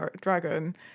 dragon